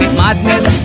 madness